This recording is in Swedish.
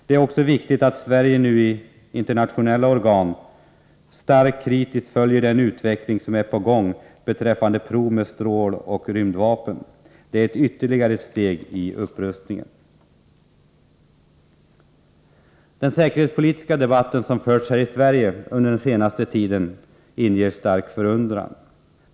Det är också viktigt att Sverige i internationella organ noga och starkt kritiskt följer den utveckling som är på gång beträffande prov med stråloch rymdvapen. Detta är ytterligare ett steg i upprustningen. Den säkerhetspolitiska debatt som förts i Sverige under den senaste tiden inger stark förundran.